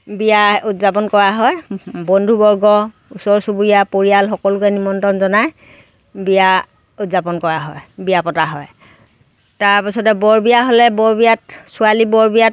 বিয়া উদযাপন কৰা হয় বন্ধুবৰ্গ ওচৰ চুবুৰীয়া পৰিয়াল সকলোকে নিমন্ত্ৰণ জনাই বিয়া উদযাপন কৰা হয় বিয়া পতা হয় তাৰ পিছত বৰ বিয়া হ'লে বৰ বিয়াত ছোৱালী বৰ বিয়াত